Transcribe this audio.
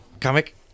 comic